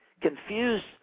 confused